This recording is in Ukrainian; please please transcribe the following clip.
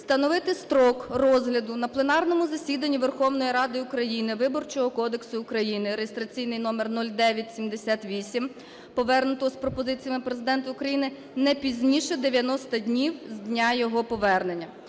встановити строк розгляду на пленарному засіданні Верховної Ради України Виборчого кодексу України (реєстраційний номер 0978), повернутого з пропозиціями Президента України, не пізніше 90 днів з дня його повернення